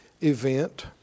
event